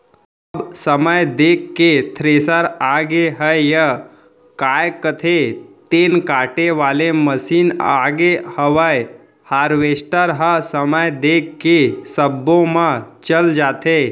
अब समय देख के थेरेसर आगे हयय, काय कथें तेन काटे वाले मसीन आगे हवय हारवेस्टर ह समय देख के सब्बो म चल जाथे